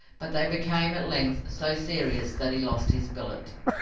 but they became at length so serious that he lost his billet.